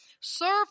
serve